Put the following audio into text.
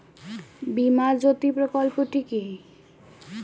বীমা জ্যোতি প্রকল্পটি কি?